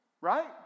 Right